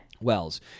Wells